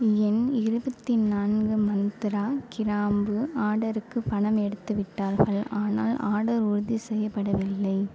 என் இருபத்தி நான்கு மந்த்ரா கிராம்பு ஆர்டருக்கு பணம் எடுத்துவிட்டார்கள் ஆனால் ஆர்டர் உறுதி செய்யப்படவில்லை